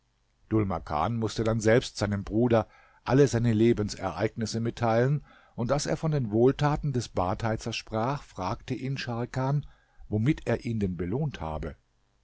dhul makan mußte dann selbst seinem bruder alle seine lebensereignisse mitteilen und das er von den wohltaten des badheizers sprach fragte ihn scharkan womit er ihn denn belohnt habe